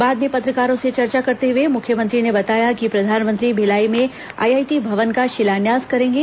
बाद में पत्रकारों से चर्चा करते हुए मुख्यमंत्री ने बताया कि प्रधानमंत्री भिलाई में आईआईटी भवन का शिलान्यास करेंगे